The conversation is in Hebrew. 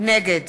נגד